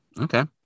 Okay